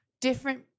different